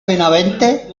benavente